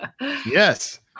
Yes